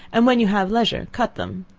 and when you have leisure cut them.